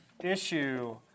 issue